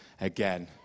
again